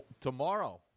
Tomorrow